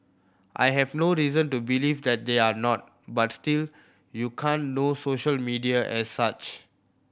I have no reason to believe that they are not but still you can't know social media as such